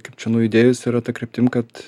kaip čia nuaidėjus yra ta kryptim kad